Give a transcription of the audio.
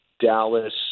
Dallas